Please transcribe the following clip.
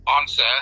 Answer